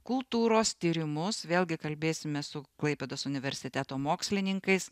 kultūros tyrimus vėlgi kalbėsime su klaipėdos universiteto mokslininkais